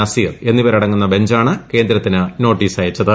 നസീർ എന്നിവരടങ്ങുന്ന ബഞ്ചാണ് കേന്ദ്രത്തിന് നോട്ടീസ് അയച്ചത്